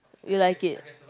you like it